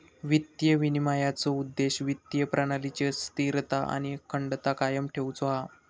वित्तीय विनिमयनाचो उद्देश्य वित्तीय प्रणालीची स्थिरता आणि अखंडता कायम ठेउचो हा